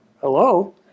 Hello